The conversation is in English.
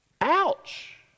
Ouch